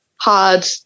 hard